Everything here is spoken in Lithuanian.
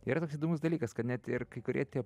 yra toks įdomus dalykas kad net ir kai kurie tie